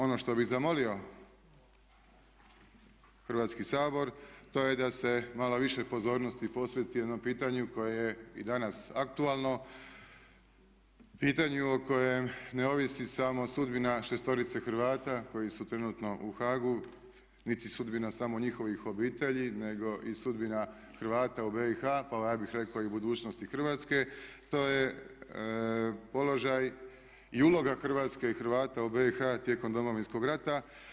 Ono što bi zamolio Hrvatski sabor to je da se malo više pozornosti posveti onom pitanju koje je i danas aktualno, pitanju o kojem ne ovisi samo sudbina šestorice Hrvata koji su trenutno u Haagu, niti sudbina samo njihovih obitelji nego i sudbina Hrvata u BIH pa evo ja bih rekao i budućnosti Hrvatske to je položaj i uloga Hrvatske i Hrvata u BIH tijekom Domovinskog rata.